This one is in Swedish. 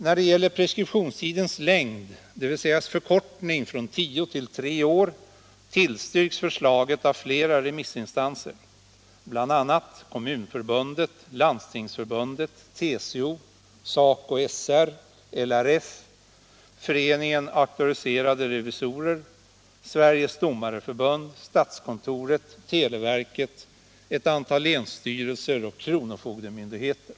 När det gäller preskriptionstidens längd tillstyrks förslaget om förkortning från tio till tre år a flera remissinstanser, bl.a. Kommunförbundet, Landstingsförbundet, TCO, SACO/SR, LRF, Föreningen Auktoriserade revisorer, Sveriges domareförbund, statskontoret, televerket, ett antal länsstyrelser och kronofogdemyndigheter.